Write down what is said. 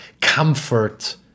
comfort